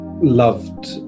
loved